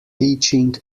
teaching